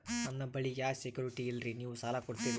ನನ್ನ ಬಳಿ ಯಾ ಸೆಕ್ಯುರಿಟಿ ಇಲ್ರಿ ನೀವು ಸಾಲ ಕೊಡ್ತೀರಿ?